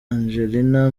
angelina